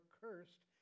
cursed